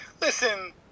Listen